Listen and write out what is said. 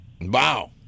Wow